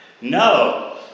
No